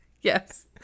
Yes